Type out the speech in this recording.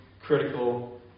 critical